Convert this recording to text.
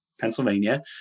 Pennsylvania